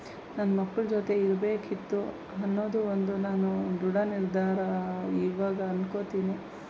ನನ್ನ ಮಕ್ಕಳ ಜೊತೆ ಇರಬೇಕಿತ್ತು ಅನ್ನೋದು ಒಂದು ನನ್ನ ದೃಢ ನಿರ್ಧಾರ ಇವಾಗ ಅಂದ್ಕೋತೀನಿ